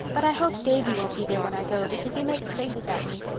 but i hope davy won't be there when i go because he makes faces at me.